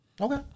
Okay